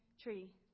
tree